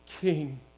King